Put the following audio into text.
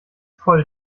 voll